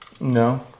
No